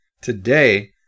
Today